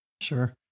sure